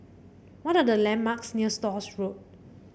what are the landmarks near Stores Road